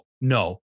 no